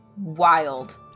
Wild